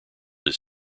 his